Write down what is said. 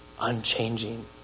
unchanging